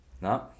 No